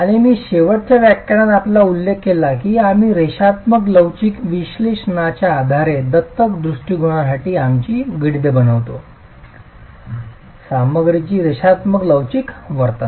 आणि मी शेवटच्या व्याख्यानात आपला उल्लेख केला की आम्ही रेषात्मक लवचिक विश्लेषणाच्या आधारे दत्तक दृष्टिकोनासाठी आमची गणिते बनवितो सामग्रीची रेषात्मक लवचिक वर्तन